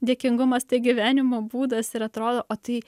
dėkingumas tai gyvenimo būdas ir atrodo o tai